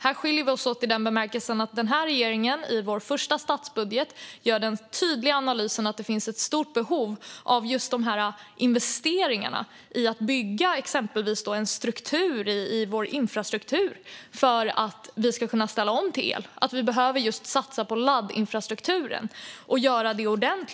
Vi skiljer oss åt i bemärkelsen att den här regeringen i vår första statsbudget gör den tydliga analysen att det finns ett stort behov av investeringar i exempelvis infrastruktur för att vi ska kunna ställa om till el. Vi behöver satsa just på laddinfrastrukturen, och vi behöver göra det ordentligt.